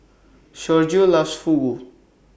Sergio loves Fugu